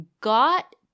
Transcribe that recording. got